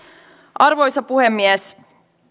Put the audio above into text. arvoisa puhemies